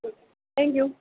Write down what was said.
okay thank you